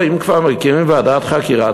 אם כבר מקימים ועדת חקירה,